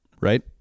right